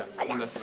i want to